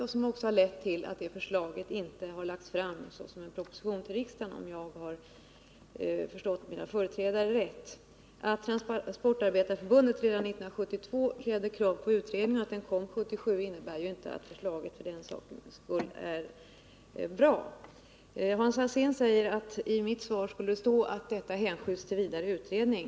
Det har också lett till att det förslaget inte har lagts fram som en proposition för riksdagen, om jag rätt har förstått mina företrädare. Att Transportarbetareförbundet redan 1972 ställde krav på utredning och att den kom 1977 innebär ju inte att förslaget är bra! Hans Alsén säger att det i mitt svar skulle stå att denna fråga hänskjuts till vidare utredning.